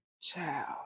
child